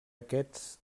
aquests